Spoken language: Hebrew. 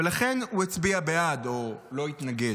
ולכן הוא הצביע בעד, או לא התנגד.